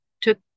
took